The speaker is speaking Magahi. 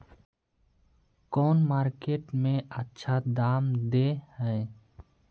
कौन मार्केट में अच्छा दाम दे है?